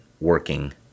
working